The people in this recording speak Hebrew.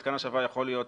מתקן השבה יכול להיות